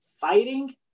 fighting